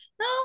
No